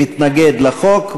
מתנגד לחוק,